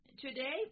today